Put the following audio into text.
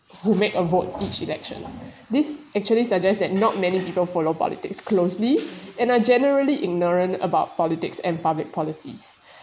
who make a vote each election this actually suggest that not many people follow politics closely and are generally ignorant about politics and public policies